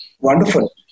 Wonderful